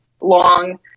long